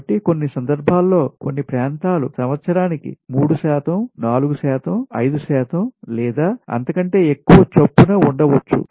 కాబట్టి కొన్ని సందర్భాల్లో కొన్ని ప్రాంతాలు సంవత్సరానికి 3 శాతం 4 శాతం 5 శాతం లేదా అంతకంటే ఎక్కువ చొప్పున ఉండవచ్చు